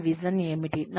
నా విజన్ ఏమిటి